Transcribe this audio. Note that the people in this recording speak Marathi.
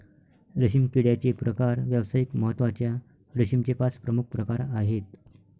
रेशीम किड्याचे प्रकार व्यावसायिक महत्त्वाच्या रेशीमचे पाच प्रमुख प्रकार आहेत